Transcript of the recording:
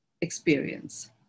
experience